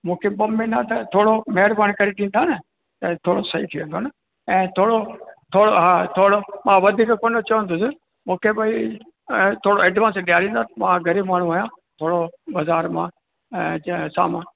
मूंखे ॿ महिना त थोरो महिरबानी करे ॾींदा न त थोरो सही थी वेंदो न ऐं थोरो थोरो हा थोरो मां वधीक कोन चवंदुसि मूंखे भई थोरो एडवांस ॾियारींदा मां ग़रीब माण्हू आहियां थोरो बाज़ार मां सामान